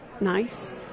nice